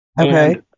Okay